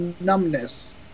numbness